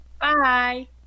Bye